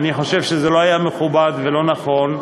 אני חושב שזה לא מכובד ולא נכון,